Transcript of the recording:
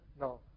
No